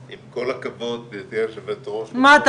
אלא זה יגיע מהכנסות ייעודיות של המבנה הספציפי הזה,